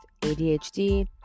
ADHD